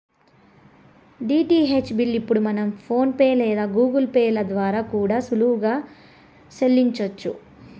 DTH bill ఇప్పుడు మనం PhonePe లేదా గూగుల్ పే ల ద్వారా కూడా సులువుగా సెల్లించొచ్చు